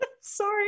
Sorry